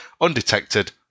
undetected